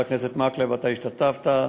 שבו השתתפת,